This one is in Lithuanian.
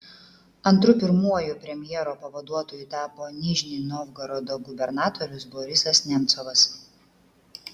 antru pirmuoju premjero pavaduotoju tapo nižnij novgorodo gubernatorius borisas nemcovas